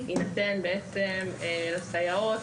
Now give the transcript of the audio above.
בעצם יינתנו לסייעות